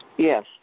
Yes